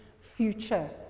future